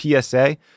PSA